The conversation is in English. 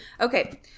Okay